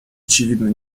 очевидно